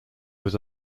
was